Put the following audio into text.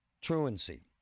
Truancy